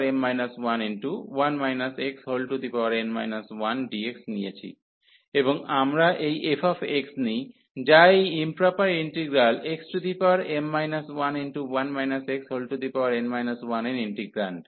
এবং আমরা এই f নিই যা এই ইম্প্রপার ইন্টিগ্রাল xm 11 xn 1 এর ইন্টিগ্রান্ড